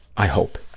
i hope.